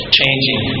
changing